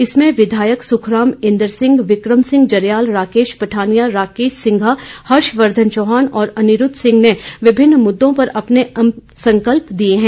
इसमें विधायक सुखराम इंद्र सिंह विक्रम सिंह जरयाल राकेश पठानिया राकेश सिघा हर्षवर्द्वन चौहान और अनिरूद्व सिंह ने विभिन्न मुददों पर अपने अपने संकल्प दिए हैं